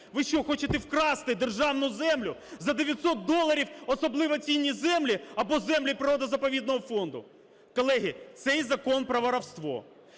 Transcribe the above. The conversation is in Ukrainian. Ви що, хочете вкрасти державну землю, за 900 доларів особливо цінні землі або землі природно-заповідного фонду? Колеги, цей закон про воровство.